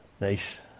Nice